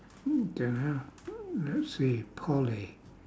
mm don't know let's see poly